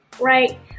right